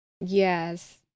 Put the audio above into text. Yes